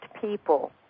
people